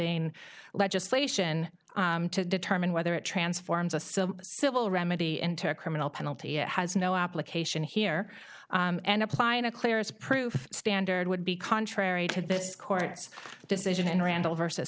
in legislation to determine whether it transforms a still civil remedy into a criminal penalty it has no application here and applying a clear as proof standard would be contrary to this court's decision in randall versus